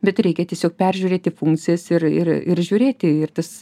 bet reikia tiesiog peržiūrėti funkcijas ir ir ir žiūrėti ir tas